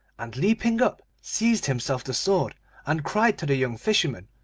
and leaping up seized himself the sword and cried to the young fisherman,